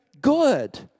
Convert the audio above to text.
good